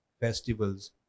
festivals